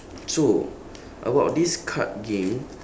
so about this card game